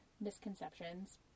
misconceptions